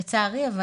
אבל לצערי,